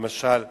למשל פרס,